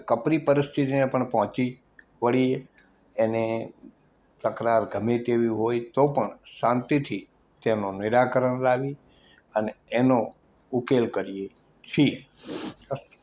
કે કપરી પરિસ્થિતીને પણ પહોંચી વળીએ અને તકરાર ગમે તેવી હોય તો પણ શાંતિથી તેનો નિરાકરણ લાવી અને એનો ઉકેલ કરીએ છીએ અસ્તુ